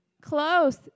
close